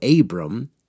Abram